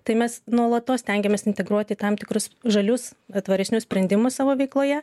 tai mes nuolatos stengiamės integruoti tam tikrus žalius tvaresnius sprendimus savo veikloje